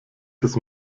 des